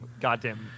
goddamn